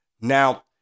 Now